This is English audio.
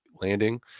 landing